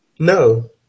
No